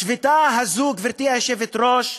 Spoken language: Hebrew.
השביתה הזאת, גברתי היושבת-ראש,